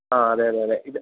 ആ അതെയതെയതെ ഇത്